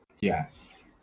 Yes